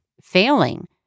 failing